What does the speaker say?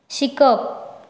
शिकप